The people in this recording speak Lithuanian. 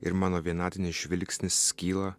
ir mano vienatinis žvilgsnis skyla